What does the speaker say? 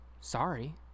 Sorry